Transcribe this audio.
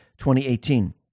2018